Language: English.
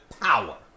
power